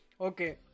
Okay